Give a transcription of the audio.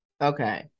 okay